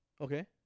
Okay